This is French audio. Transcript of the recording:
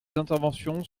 interventions